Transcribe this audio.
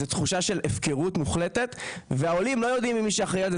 זה תחושה של הפקרות מוחלטת והעולים לא יודעים אם מי שאחראי על זה,